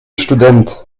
student